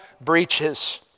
breaches